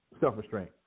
self-restraint